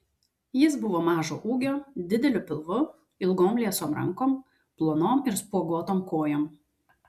jis buvo mažo ūgio dideliu pilvu ilgom liesom rankom plonom ir spuoguotom kojom